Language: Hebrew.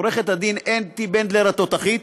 עורכת-הדין אתי בנדלר התותחית,